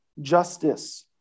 justice